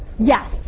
Yes